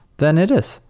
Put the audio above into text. then it is.